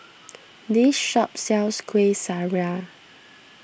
this shop sells Kueh Syara